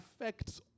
affects